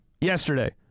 yesterday